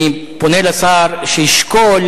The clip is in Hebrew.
אני פונה לשר שישקול,